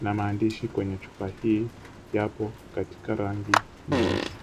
na maandishi kwenye chupa hii yapo katika rangi nyeusi.